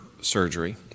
surgery